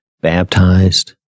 baptized